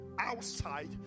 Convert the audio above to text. outside